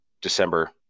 December